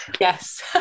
Yes